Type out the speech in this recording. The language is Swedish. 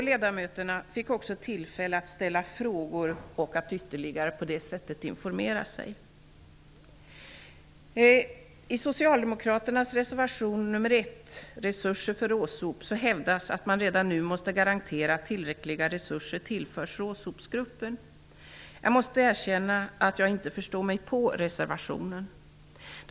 Ledamöterna fick också tillfälle att ställa frågor för att på det sättet ytterligare informera sig. RÅSOP, hävdas att man redan nu måste garantera att tillräckliga resurser tillförs RÅSOP-gruppen. Jag måste erkänna att jag inte förstår mig på reservationen.